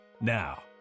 Now